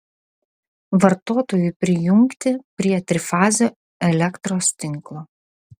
vartotojui prijungti prie trifazio elektros tinklo